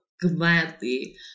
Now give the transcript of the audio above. gladly